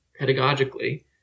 pedagogically